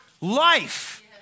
life